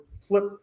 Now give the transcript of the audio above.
flip